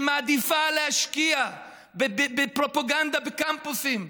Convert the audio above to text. שמעדיפה להשקיע בפרופגנדה בקמפוסים,